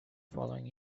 following